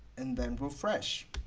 and then refresh